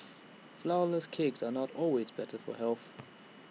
Flourless Cakes are not always better for health